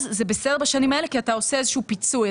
אז זה בסדר בשנים האלה כי אתה עושה איזשהו פיצוי,